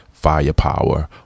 firepower